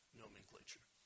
nomenclature